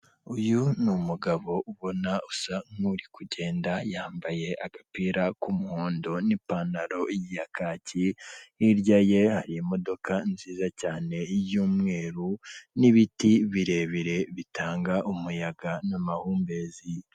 Uyu ni umugabo ubona usa nk'uri kugenda, yambaye agapira k'umuhondo n'ipantaro ya kaki, hirya ye hari imodoka nziza cyane y'umweru, n'ibiti birebire bitanga umuyaga n'amahumbezi.